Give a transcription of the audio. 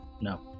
No